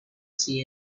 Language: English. see